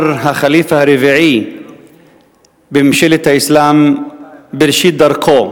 הח'ליף הרביעי בממשלת האסלאם בראשית דרכו,